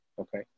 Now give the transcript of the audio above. okay